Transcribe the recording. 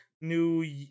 New